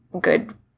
good